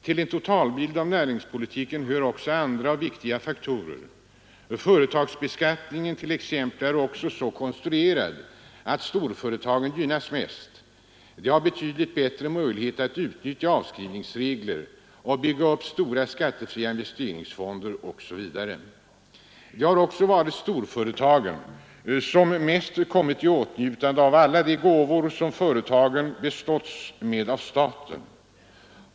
Till en totalbild av näringspolitiken hör också andra viktiga faktorer. Företagsbeskattningen t.ex. är också så konstruerad att storföretagen gynnas mest. De har betydligt bättre möjligheter att utnyttja avskrivningsregler, att bygga upp stora skattefria investeringsfonder osv. Det har också varit storföretagen som mest kommit i åtnjutande av alla de gåvor som företagen erhållit av staten.